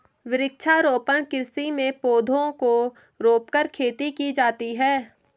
वृक्षारोपण कृषि में पौधों को रोंपकर खेती की जाती है